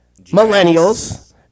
Millennials